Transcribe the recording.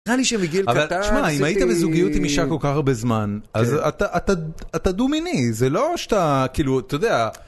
נראה לי שמגיל קטן. אבל תשמע אם היית בזוגיות עם אישה כל כך הרבה זמן אז אתה אתה דו-מיני זה לא שאתה כאילו אתה יודע